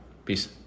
Peace